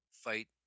fight